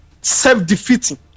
self-defeating